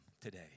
today